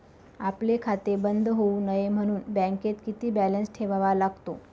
आपले खाते बंद होऊ नये म्हणून बँकेत किती बॅलन्स ठेवावा लागतो?